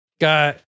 got